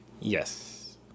Yes